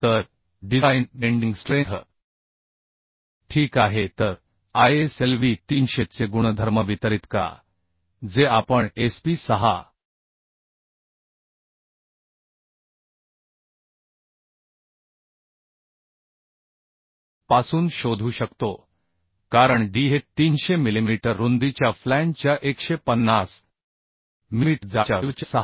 तर design bending strength ठीक आहे तर ISLV 300 चे गुणधर्म वितरित करा जे आपण SP 6 पासून शोधू शकतो कारण d हे 300 मिलिमीटर रुंदीच्या फ्लॅंजच्या 150 मिलिमीटर जाडीच्या वेव्हच्या 6